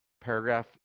paragraph